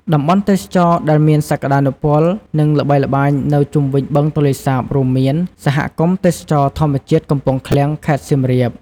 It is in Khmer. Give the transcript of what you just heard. តំបន់ទេសចរដែលមានសក្តានុពល និងល្បីល្បាញនៅជុំវិញបឹងទន្លេសាបរួមមានសហគមន៍ទេសចរណ៍ធម្មជាតិកំពង់ឃ្លាំង ខេត្តសៀមរាប។